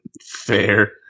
Fair